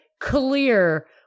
clear